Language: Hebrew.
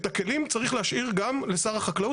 את הכלים צריך להשאיר גם לשר החקלאות,